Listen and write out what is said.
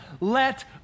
Let